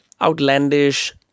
outlandish